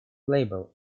label